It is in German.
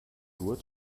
nur